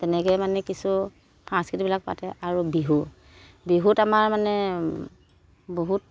তেনেকৈ মানে কিছু সাংস্কৃতিকবিলাক পাতে আৰু বিহু বিহুত আমাৰ মানে বহুত